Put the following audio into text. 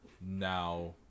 now